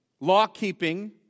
law-keeping